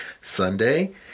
Sunday